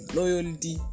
loyalty